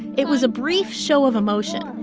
it was a brief show of emotion.